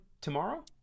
tomorrow